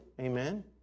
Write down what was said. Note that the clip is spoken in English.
Amen